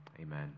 Amen